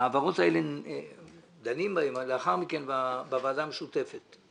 וההעברות האלה דנים בהן לאחר מכן בוועדה המשותפת.